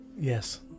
Yes